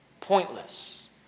Pointless